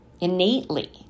innately